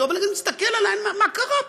ואני מסתכל עליהם, מה קרה פה?